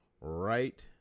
right